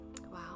Wow